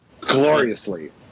gloriously